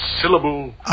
syllable